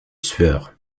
sueur